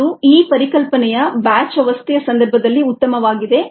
ಇದು ಈ ಪರಿಕಲ್ಪನೆಯು ಬ್ಯಾಚ್ ವ್ಯವಸ್ಥೆಯ ಸಂದರ್ಭದಲ್ಲಿ ಉತ್ತಮವಾಗಿದೆ